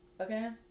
okay